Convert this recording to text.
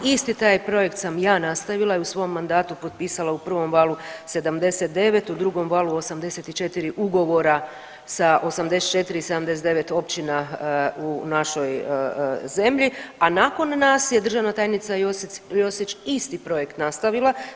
Isti taj projekt sam ja nastavila i u svom mandatu potpisala u prvom valu 79, u drugom valu 84 ugovora sa 84 i 79 općina u našoj zemlji, a nakon nas je državna tajnica Josić isti projekt nastavila.